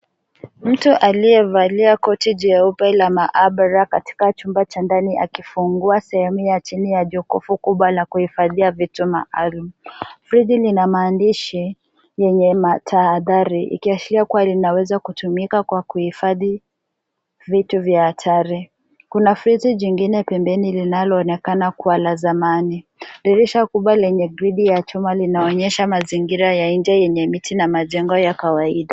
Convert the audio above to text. Mtu aliyevalia koti jeupe la maabara katika chumba cha ndani akifungua sehemu ya chini ya jokofu kubwa la kuhifadhia vitu maalum. Friji lina maandishi yenye matahadhari ikiashiria kuwa linaweza kutumika kwa kuhifadhi vitu vya hatari. Kuna friji jingine pembeni linaloonekana kuwa la zamani. Dirisha kubwa lenye gridi ya chuma linaonyesha mazingira ya nje yenye miti na majengo ya kawaida.